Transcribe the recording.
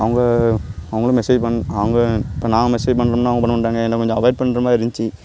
அவங்க அவர்களும் மெசேஜ் பண் அவங்க இப்போ நான் மெசேஜ் பண்ணம்னால் அவங்க பண்ண மாட்டாங்க என்னை கொஞ்சம் அவாயிட் பண்ணுற மாதிரி இருந்துச்சி